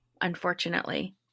unfortunately